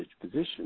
position